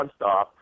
nonstop